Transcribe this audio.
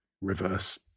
reverse